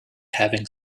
having